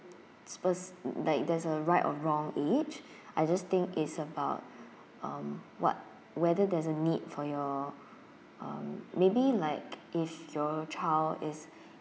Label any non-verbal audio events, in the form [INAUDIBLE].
suppose like there's a right or wrong age [BREATH] I just think it's about [BREATH] um what whether there's a need for your um maybe like if your child is